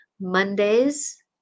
Mondays